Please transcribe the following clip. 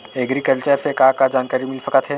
Agriculture से का का जानकारी मिल सकत हे?